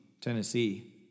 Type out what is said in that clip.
Tennessee